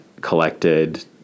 collected